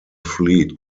fleet